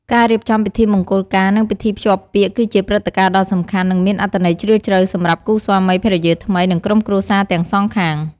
ការរៀបចំពិធីមង្គលការ និងពិធីភ្ជាប់ពាក្យ គឺជាព្រឹត្តិការណ៍ដ៏សំខាន់ និងមានអត្ថន័យជ្រាលជ្រៅសម្រាប់គូស្វាមីភរិយាថ្មី និងក្រុមគ្រួសារទាំងសងខាង។